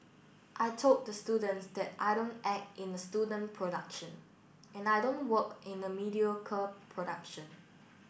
I told the students that I don't act in a student production and I don't work in a mediocre production